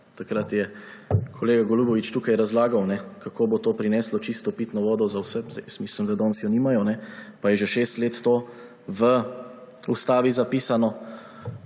Takrat je kolega Golubovič tukaj razlagal, kako bo to prineslo čisto pitno vodo za vse, jaz mislim, da je danes nimajo, pa je že šest let to v ustavi zapisano.